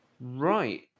Right